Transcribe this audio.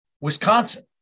Wisconsin